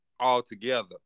altogether